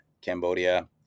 Cambodia